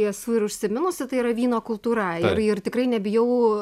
esu ir užsiminusi tai yra vyno kultūra ir ir tikrai nebijau